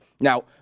Now